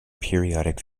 periodic